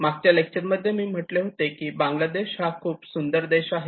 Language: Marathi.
मागच्या लेक्चर मध्ये मी म्हटले होते की बांगलादेश हा खूप सुंदर देश आहे